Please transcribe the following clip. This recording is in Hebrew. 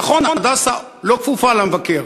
נכון, "הדסה" לא כפופה למבקר.